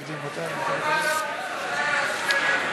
הנושא של רשות